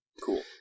Cool